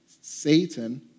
Satan